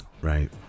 Right